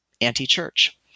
anti-church